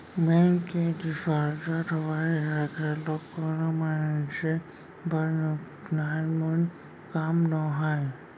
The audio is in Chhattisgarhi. बेंक के डिफाल्टर होवई ह घलोक कोनो मनसे बर नानमुन काम नोहय